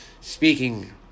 Speaking